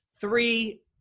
Three